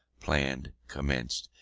planned, commenced,